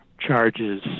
charges